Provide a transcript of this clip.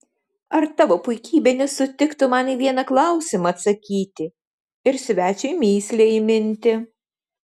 ar tavo puikybė nesutiktų man į vieną klausimą atsakyti ir svečiui mįslę įminti